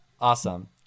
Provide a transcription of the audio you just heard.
awesome